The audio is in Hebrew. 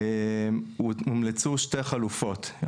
הומלצו שתי חלופות.